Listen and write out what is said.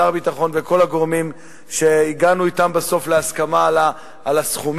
שר הביטחון וכל הגורמים שהגענו אתם בסוף להסכמה על הסכומים,